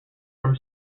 from